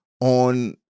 on